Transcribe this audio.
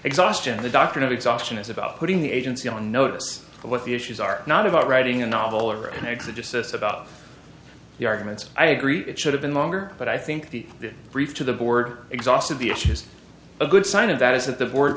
exhaustion the doctrine of exhaustion is about putting the agency on notice of what the issues are not about writing a novel or an exit just this about the arguments i agree it should have been longer but i think the brief to the board exhausted the issue is a good sign of that is that the board